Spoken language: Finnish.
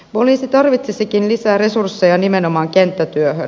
poliisi tarvitsisikin lisää resursseja nimenomaan kenttätyöhön